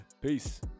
Peace